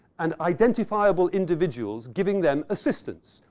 and identifiable individuals giving them assistance.